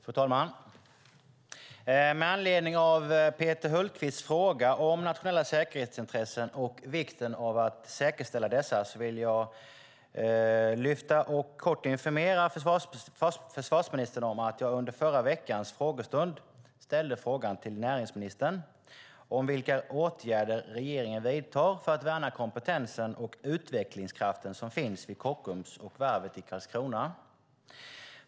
Fru talman! Med anledning av Peter Hultqvists fråga om nationella säkerhetsintressen och vikten av att säkerställa dessa vill jag kort informera försvarsministern om att jag under förra veckans frågestund ställde frågan till näringsministern om vilka åtgärder regeringen vidtar för att värna kompetensen och utvecklingskraften som finns vid Kockums och varvet i Karlskrona.